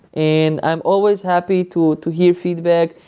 and i'm always happy to to hear feedback,